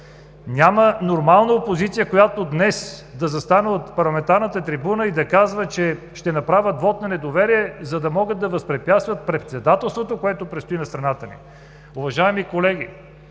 Няма нормална опозиция, която днес да застане и от парламентарната трибуна да казва, че ще направят вот на недоверие, за да могат да възпрепятстват председателството, което предстои на страната ни. Уважаеми колеги,